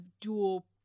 dual